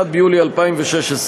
31 ביולי 2016,